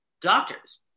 doctors